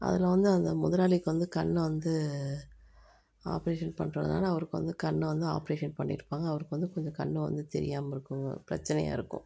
அதில் வந்து அந்த முதலாளிக்கு வந்து கண் வந்து ஆப்ரேஷன் பண்ணுறதுனால அவருக்கு வந்து கண் வந்து ஆப்ரேஷன் பண்ணியிருப்பாங்க அவருக்கு வந்து கொஞ்சம் கண் வந்து தெரியாமல் இருக்கும் பிரச்சினையா இருக்கும்